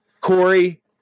Corey